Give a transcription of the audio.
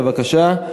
בבקשה,